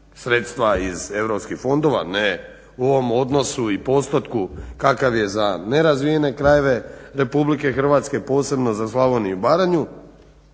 sredstva iz europskih fondova ne u ovom odnosu i postotku kakav je za nerazvijene krajeve RH posebno za Slavoniju i Baranju.